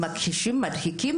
מדחיקים,